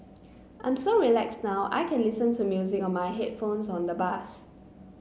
I'm so relaxed now I can listen to music on my headphones on the bus